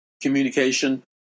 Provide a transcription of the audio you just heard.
communication